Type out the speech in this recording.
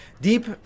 Deep